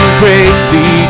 greatly